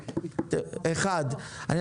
שניים.